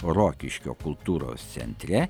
rokiškio kultūros centre